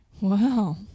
Wow